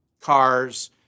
cars